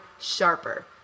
sharper